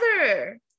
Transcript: together